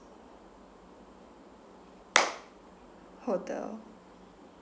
hotel